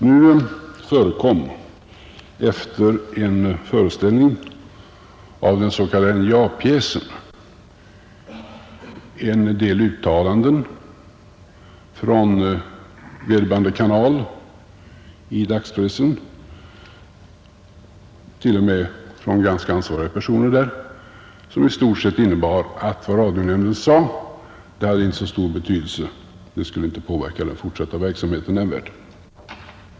Nu förekom efter en föreställning av den s.k. NJA-pjäsen en del uttalanden i dagspressen från vederbörande kanal — t.o.m. från ganska ansvariga personer där — som i stort sett innebar att vad radionämnden sade hade inte så stor betydelse. Det skulle inte påverka den fortsatta verksamheten nämnvärt.